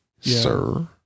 sir